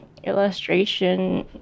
illustration